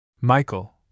Michael